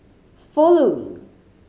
following